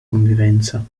convivenza